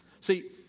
See